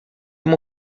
uma